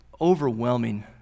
overwhelming